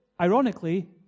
ironically